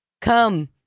come